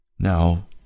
Now